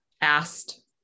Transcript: asked